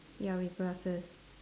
ya with glasses